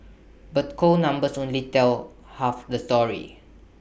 but cold numbers only tell half the story